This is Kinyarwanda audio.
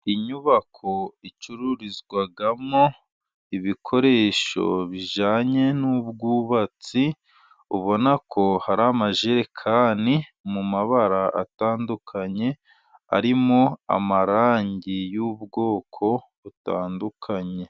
Inyubako icururizwamo ibikoresho bijyanye n'ubwubatsi, ubona ko hari amajerekani mu mabara atandukanye, arimo amarangi y'ubwoko butandukanye.